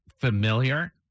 familiar